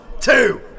two